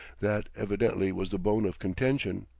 that, evidently, was the bone of contention.